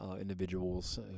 individuals